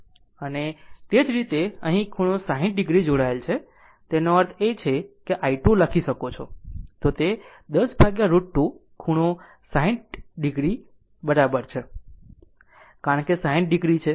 અને તે જ રીતે અહીં ખૂણો 60 o જોડાયેલ છે તેનો અર્થ છે કેi2 લખી શકો છો તે 10 √ 2 ખૂણો 60 o બરાબર છે કારણ કે 60 o છે